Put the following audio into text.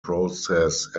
process